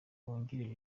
wungirije